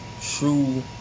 true